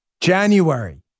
January